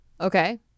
Okay